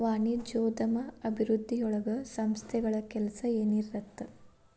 ವಾಣಿಜ್ಯೋದ್ಯಮ ಅಭಿವೃದ್ಧಿಯೊಳಗ ಸಂಸ್ಥೆಗಳ ಕೆಲ್ಸ ಏನಿರತ್ತ